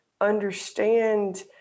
understand